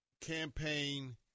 campaign